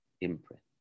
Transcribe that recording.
imprint